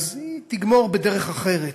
אז היא תגמור בדרך אחרת.